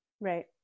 Right